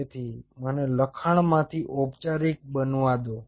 તેથી મને લખાણમાંથી ઔપચારિક બનાવા દો